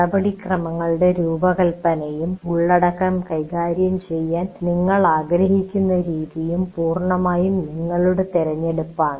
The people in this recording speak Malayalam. നടപടിക്രമങ്ങളുടെ രൂപകൽപ്പനയും ഉള്ളടക്കം കൈകാര്യം ചെയ്യാൻ നിങ്ങൾ ആഗ്രഹിക്കുന്ന രീതിയും പൂർണ്ണമായും നിങ്ങളുടെ തിരഞ്ഞെടുപ്പാണ്